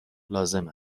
لازم